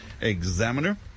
Examiner